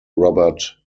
robert